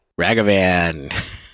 Ragavan